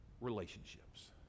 relationships